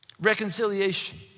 Reconciliation